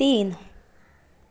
तीन